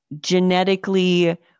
genetically